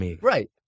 Right